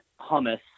hummus